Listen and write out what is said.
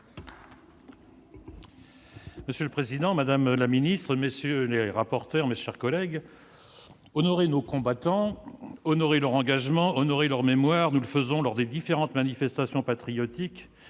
Monsieur le président, madame la secrétaire d'État, mes chers collègues, honorer nos combattants, honorer leur engagement, honorer leur mémoire, nous le faisons lors des différentes manifestations patriotiques